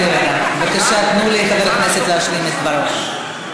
בבקשה תנו לחבר הכנסת להשלים את דבריו.